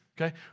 okay